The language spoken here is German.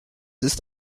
ist